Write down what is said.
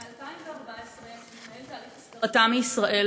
מ-2014 מתנהל תהליך הסגרתה מישראל